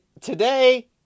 today